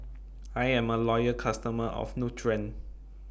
I'm A Loyal customer of Nutren